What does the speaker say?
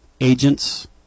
agents